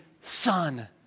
son